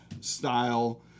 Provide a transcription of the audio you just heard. style